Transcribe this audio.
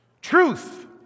Truth